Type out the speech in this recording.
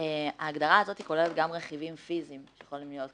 ההגדרה הזאת כוללת גם רכיבים פיזיים שיכולים להיות,